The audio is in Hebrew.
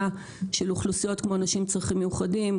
של אוכלוסיות כמו אנשים עם צרכים מיוחדים,